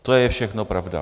To je všechno pravda.